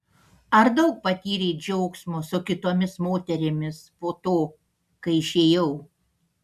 ar daug patyrei džiaugsmo su kitomis moterimis po to kai išėjau